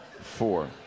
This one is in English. Four